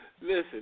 Listen